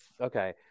okay